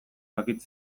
dakit